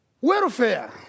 welfare